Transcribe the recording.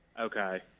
Okay